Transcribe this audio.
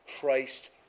Christ